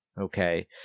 Okay